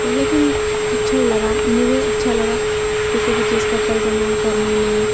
لیکن اچھا ہی لگا مجھے اچھا لگا کسی بھی چیز کا ترجمہ کرنے میں